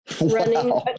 running